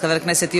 חברי הכנסת,